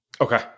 okay